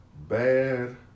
Bad